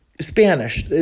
Spanish